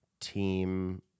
Team